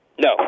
no